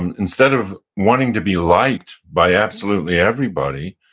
and instead of wanting to be liked by absolutely everybody,